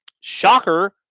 shocker